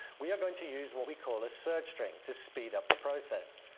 we are going to use what we call a search string to speed up the process.